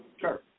Sure